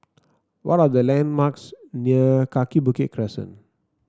what are the landmarks near Kaki Bukit Crescent